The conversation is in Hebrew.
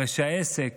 הרי שהעסק